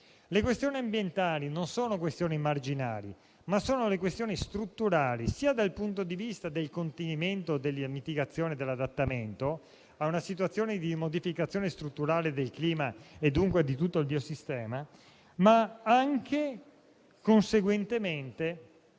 Le questioni ambientali non sono marginali: sono temi strutturali dal punto di vista sia del contenimento, della mitigazione e dell'adattamento a una situazione di modificazione strutturale del clima, e dunque di tutto il biosistema, sia, conseguentemente,